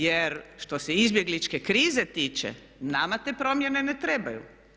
Jer što se izbjegličke krize tiče nama te promjene ne trebaju.